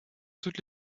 toutes